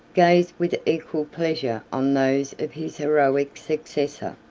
gazed with equal pleasure on those of his heroic successor.